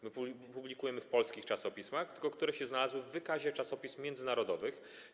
My publikujemy w polskich czasopismach, tylko w tych, które się znalazły w wykazie czasopism międzynarodowych.